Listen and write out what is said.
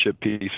piece